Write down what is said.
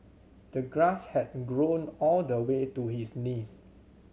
the grass had grown all the way to his knees